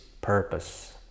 purpose